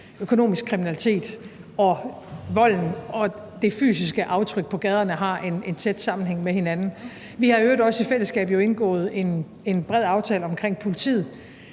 økonomisk kriminalitet og volden og det fysiske aftryk på gaderne har en tæt sammenhæng med hinanden. Vi har i øvrigt også i fællesskab indgået en bred aftale omkring politiet,